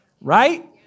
Right